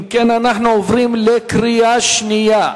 אם כן, אנחנו עוברים לקריאה השנייה.